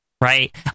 right